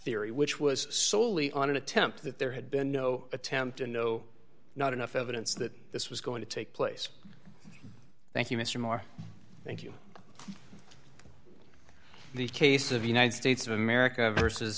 theory which was solely on an attempt that there had been no attempt and no not enough evidence that this was going to take place thank you mr maher thank you the case of united states of america versus